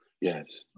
Yes